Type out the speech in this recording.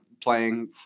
playing